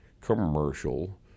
commercial